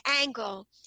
angle